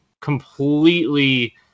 completely